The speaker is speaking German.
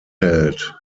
hält